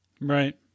Right